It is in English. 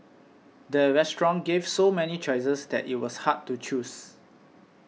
the restaurant gave so many choices that it was hard to choose